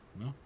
No